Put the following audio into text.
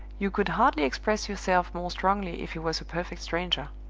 you could hardly express yourself more strongly if he was a perfect stranger.